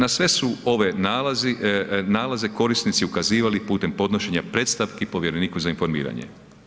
Na sve su ove nalaze korisnici ukazivali putem podnošenja predstavki Povjereniku za informiranje.